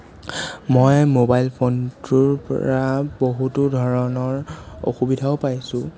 মই মোবাইল ফোনটোৰ পৰা বহুতো ধৰণৰ অসুবিধাও পাইছোঁ